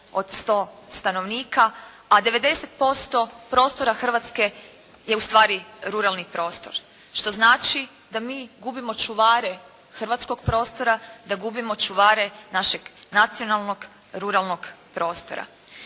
od 100 stanovnika, a 90% prostora Hrvatske je ustvari ruralni prostor, što znači da mi gubimo čuvare hrvatskog prostora, da gubimo čuvare našeg nacionalnog ruralnog prostora.